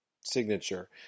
signature